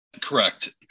Correct